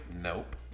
nope